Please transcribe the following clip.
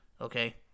okay